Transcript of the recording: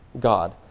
God